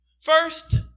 First